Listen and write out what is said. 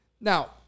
Now